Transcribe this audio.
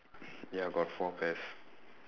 ya got four pairs